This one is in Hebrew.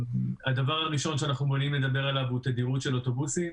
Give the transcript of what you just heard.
הדבר הראשון שאנחנו מעוניינים לדבר עליו הוא תדירות של אוטובוסים.